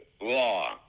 law